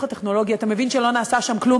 הטכנולוגי אתה מבין שלא נעשה שם כלום.